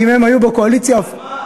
אם הם היו בקואליציה, שחרור על מה?